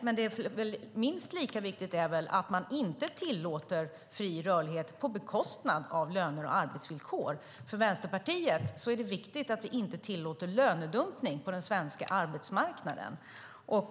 Men minst lika viktigt är väl att inte tillåta fri rörlighet på bekostnad av löner och arbetsvillkor. För Vänsterpartiet är det viktigt att vi inte tillåter lönedumpning på den svenska arbetsmarknaden.